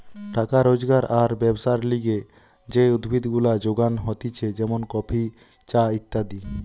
টাকা রোজগার আর ব্যবসার লিগে যে উদ্ভিদ গুলা যোগান হতিছে যেমন কফি, চা ইত্যাদি